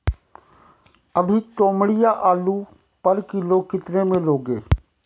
अभी तोमड़िया आलू पर किलो कितने में लोगे?